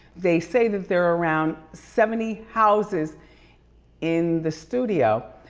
they say that there are around seventy houses in the studio.